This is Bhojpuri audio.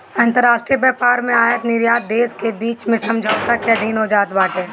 अंतरराष्ट्रीय व्यापार में आयत निर्यात देस के बीच में समझौता के अधीन होत बाटे